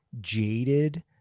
jaded